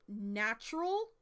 natural